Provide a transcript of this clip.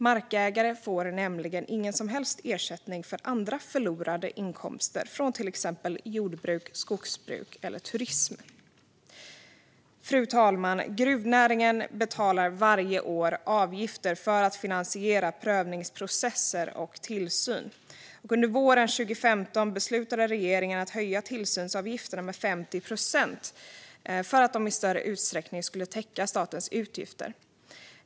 Markägare får nämligen ingen som helst ersättning för andra förlorade inkomster från till exempel jordbruk, skogsbruk eller turism. Fru talman! Gruvnäringen betalar varje år avgifter för att finansiera prövningsprocesser och tillsyn. Under våren 2015 beslutade regeringen att höja tillsynsavgifterna med 50 procent för att de i större utsträckning skulle täcka statens utgifter.